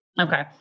Okay